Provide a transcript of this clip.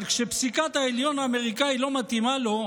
אבל כשפסיקת העליון האמריקאי לא מתאימה לו,